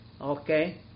Okay